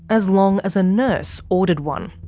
as long as a nurse ordered one.